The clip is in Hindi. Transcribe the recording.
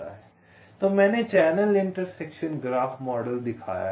तो मैंने चैनल इंटरसेक्शन ग्राफ मॉडल दिखाया है